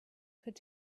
could